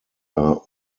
are